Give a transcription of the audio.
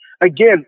again